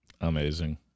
amazing